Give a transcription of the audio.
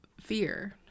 fear